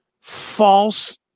false